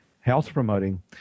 health-promoting